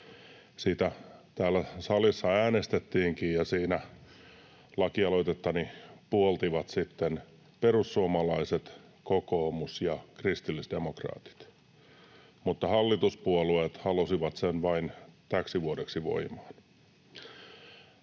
Siitä täällä salissa äänestettiinkin, ja lakialoitettani puolsivat sitten perussuomalaiset, kokoomus ja kristillisdemokraatit, mutta hallituspuolueet halusivat sen vain täksi vuodeksi voimaan.